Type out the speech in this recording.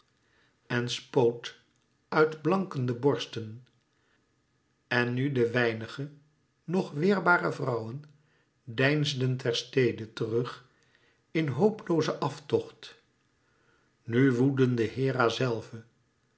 en spoot uit blankende borsten en nu de weinige nog weerbare vrouwen deinsden ter stede terug in hooploozen aftocht nu woedende hera zelve